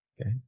Okay